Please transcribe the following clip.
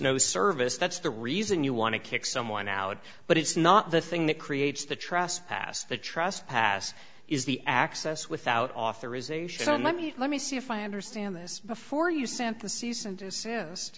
no service that's the reason you want to kick someone out but it's not the thing that creates the trespass the trespass is the access without authorization and let me let me see if i understand this before you sent the season